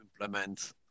implement